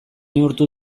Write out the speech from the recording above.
neurtu